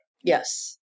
Yes